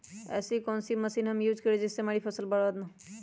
ऐसी कौन सी मशीन हम यूज करें जिससे हमारी फसल बर्बाद ना हो?